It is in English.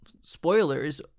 spoilers